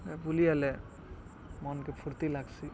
ବୁଲି ଆଏଲେ ମନ୍କେ ଫୁର୍ତ୍ତି ଲାଗ୍ସି